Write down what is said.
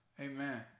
Amen